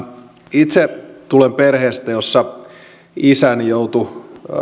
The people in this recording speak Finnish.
itse tulen perheestä jossa isäni joutui